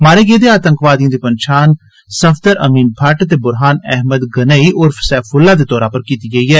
मारे गेदे आतंकवादिएं दी पन्छान सफदर अमीन भट्ट ते बुरहान अहमद गनेई उर्फ सैफुल्लाह् दे तौर उप्पर कीती गेई ऐ